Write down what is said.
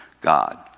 God